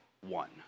one